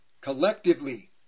collectively